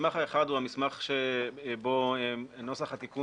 המסמך האחד הוא המסמך שבו נוסח התיקון